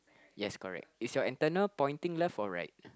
yes correct is your antenna pointing left or right